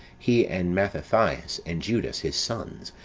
he and mathathias and judas, his sons,